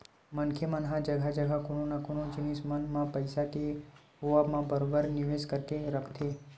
मनखे मन ह जघा जघा कोनो न कोनो जिनिस मन म पइसा के होवब म बरोबर निवेस करके रखथे